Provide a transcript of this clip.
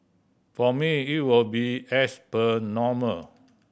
for me it will be as per normal